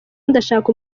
ndashaka